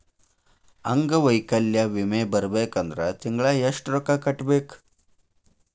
ಅಂಗ್ವೈಕಲ್ಯ ವಿಮೆ ಬರ್ಬೇಕಂದ್ರ ತಿಂಗ್ಳಾ ಯೆಷ್ಟ್ ರೊಕ್ಕಾ ಕಟ್ಟ್ಬೇಕ್?